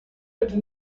bitte